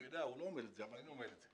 הוא לא אומר את זה אבל אני אומר את זה